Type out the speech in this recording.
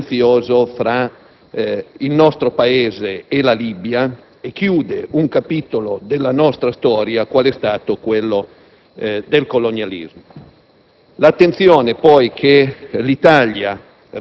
pone definitivamente fine al contenzioso fra il nostro Paese e la Libia e chiude un capitolo della nostra storia qual è stato quello del colonialismo.